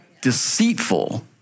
deceitful